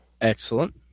Excellent